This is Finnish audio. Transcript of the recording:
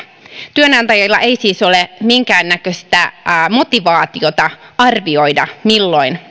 työnantajilla ei siis ole minkäännäköistä motivaatiota arvioida milloin